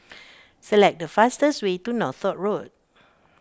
select the fastest way to Northolt Road